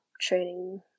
training